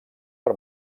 per